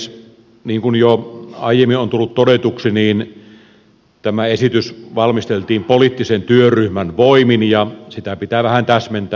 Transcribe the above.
niin kuin jo aiemmin on tullut todetuksi tämä esitys valmisteltiin poliittisen työryhmän voimin ja sitä pitää vähän täsmentää